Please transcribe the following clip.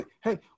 Hey